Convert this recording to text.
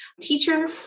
teacher